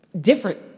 different